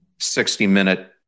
60-minute